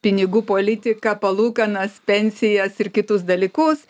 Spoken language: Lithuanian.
pinigų politiką palūkanas pensijas ir kitus dalykus